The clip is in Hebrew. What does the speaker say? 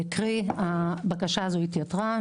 קרי, הבקשה הזו התייתרה.